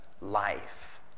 life